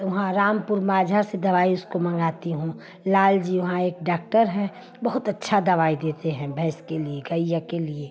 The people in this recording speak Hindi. तो वहाँ रामपुर माझा से दवाई उसको मँगाती हूँ लाल जी वहाँ एक डॉक्टर हैं बहुत अच्छी दवाई देते हैं भैंस के लिए गैया के लिए